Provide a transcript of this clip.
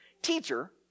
Teacher